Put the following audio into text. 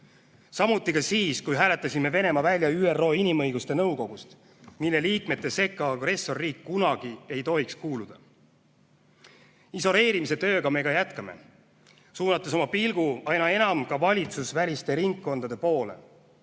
Samuti siis, kui hääletasime Venemaa välja ÜRO Inimõiguste Nõukogust, mille liikmete sekka agressorriik kunagi ei tohiks kuuluda. Isoleerimise tööga me ka jätkame, suunates oma pilgu aina enam valitsusväliste ringkondade poole.